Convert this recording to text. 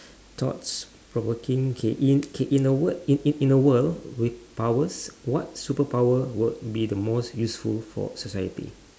thoughts provoking K in K in the word in in the world with powers what superpower would be the most useful for society